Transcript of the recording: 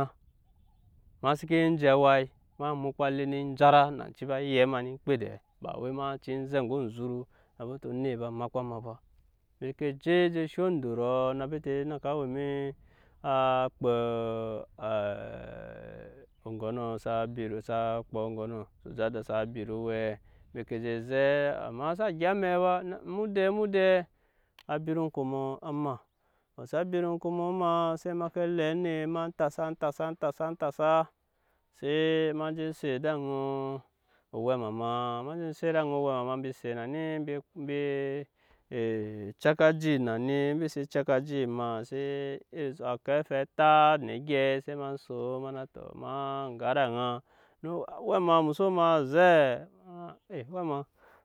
ema seke je awai ma mukpa jara nanci a ba yɛn eme kpedeɛ ba wai ma cii zɛ eŋgo onzuru na bete onet ba makpa ba embi ke je sho odoro na bete na ka we eme á kpa sujada saa bit owɛɛ mbi ke je zɛ amma xsa gya amɛk ba omodei modei á bit okomɔ á maa tɔ saa bit okomɔ maa se ma ke le anet ma tasa tasa tasa tasa se ma je set ed'aŋa owɛma ma ma je set ed'aŋa owɛma ma mbi set na ni mbi mbi en cɛka oji na ni embi se cɛka aji maa se irisu akarfe atat ne egyɛi se ma son ma ga ed'aŋa na owɛma mu soo maa zɛ? Ma na ee owɛma